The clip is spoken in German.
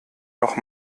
noch